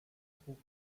trug